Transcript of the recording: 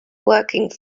working